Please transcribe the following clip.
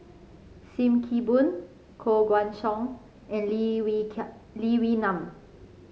Sim Kee Boon Koh Guan Song and Lee Wee Lee Wee Nam